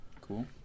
Cool